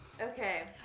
Okay